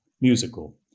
musical